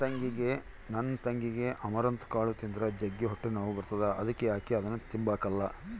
ನನ್ ತಂಗಿಗೆ ಅಮರಂತ್ ಕಾಳು ತಿಂದ್ರ ಜಗ್ಗಿ ಹೊಟ್ಟೆನೋವು ಬರ್ತತೆ ಅದುಕ ಆಕಿ ಅದುನ್ನ ತಿಂಬಕಲ್ಲ